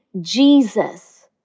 Jesus